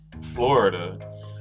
Florida